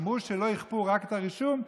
אמרו שלא יכפו רק את הרישום,